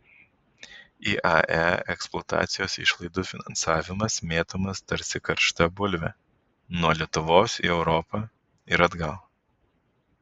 iae eksploatacijos išlaidų finansavimas mėtomas tarsi karšta bulvė nuo lietuvos į europą ir atgal